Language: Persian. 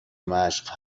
مشق